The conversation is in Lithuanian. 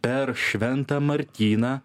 per šventą martyną